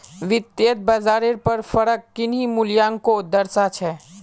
वित्तयेत बाजारेर पर फरक किन्ही मूल्योंक दर्शा छे